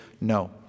No